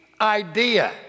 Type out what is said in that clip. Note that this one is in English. idea